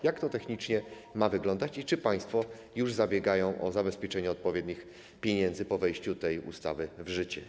Jak to technicznie ma wyglądać i czy państwo już zabiegają o zabezpieczenie odpowiednich pieniędzy po wejściu tej ustawy w życie?